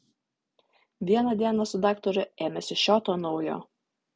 vieną dieną su daktaru ėmėsi šio to naujo